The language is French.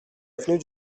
avenue